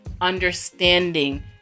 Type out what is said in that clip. understanding